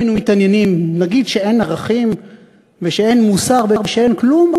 נגיד שאין ערכים ואין מוסר ואין כלום,